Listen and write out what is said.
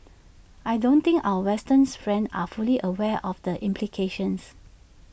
I don't think our Western's friends are fully aware of the implications